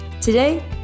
Today